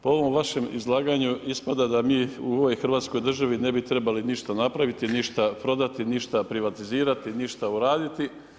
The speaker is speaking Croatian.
Po ovom vašem izlaganju ispada da mi u ovoj Hrvatskoj državi ne bi trebali ništa napraviti, ništa prodati, ništa privatizirati, ništa uraditi.